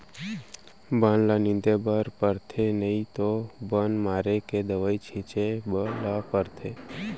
बन ल निंदे बर परथे नइ तो बन मारे के दवई छिंचे ल परथे